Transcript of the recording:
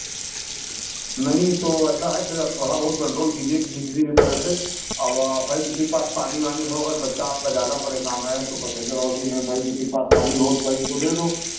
नहीं तो ऐसा है फिर आप थोड़ा बहुत कंट्रोल कीजिए भी किसी भी तरह से और भाई किसी के पास पानी वानी हो अगर बच्चा आपका ज़्यादा परेशान है तो पैसेन्जर और भी हैं भाई किसी के पास पानी हो तो भाई इनको दे दो